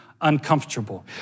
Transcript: uncomfortable